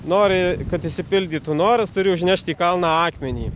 nori kad išsipildytų noras turi užnešti į kalną akmenį